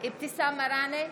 אבתיסאם מראענה,